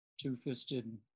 two-fisted